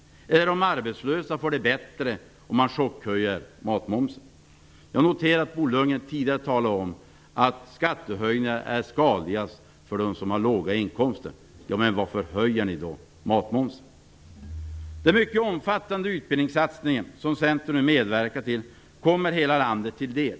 Eller tror de att arbetslösa får det bättre om man chockhöjer matmomsen? Jag noterade att Bo Lundgren tidigare talade om att skattehöjningar är skadligast för dem som har låga inkomster. Men varför då höja matmomsen? Den mycket omfattande utbildningssatsningen som Centern nu medverkar till kommer hela landet till del.